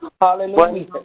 Hallelujah